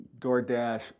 DoorDash